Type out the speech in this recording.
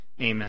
Amen